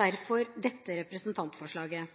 derfor dette representantforslaget.